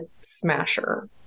smasher